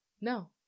No